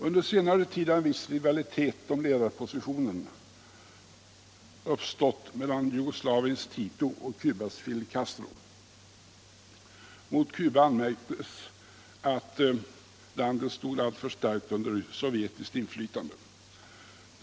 Under senare år har en viss rivalitet om ledarpositionen uppstått mellan Jugoslaviens Tito och Cubas Fidel Castro. Mot Cuba anmärktes att landet stod alltför starkt under sovjetiskt in flytande.